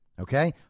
okay